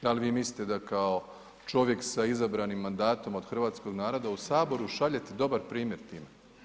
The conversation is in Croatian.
Da li vi mislite da kao čovjek sa izabranim mandatom od hrvatskog naroda, u Saboru šaljete dobar primjer time?